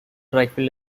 rifle